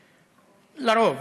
לרוב.